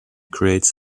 creates